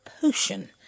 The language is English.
potion